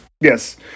Yes